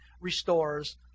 restores